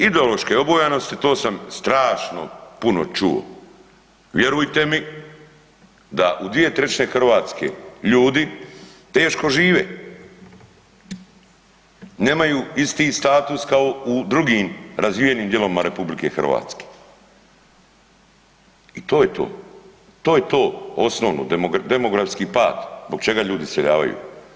Ideološke obojenosti, to sam strašno puno čuo, vjerujte mi da u dvije trećine Hrvatske ljudi teško žive, nemaju isti status kao u drugim razvijenim dijelovima RH i to je to, to je to osnovno, demografski pad, zbog čega ljudi iseljavaju.